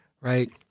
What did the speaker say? right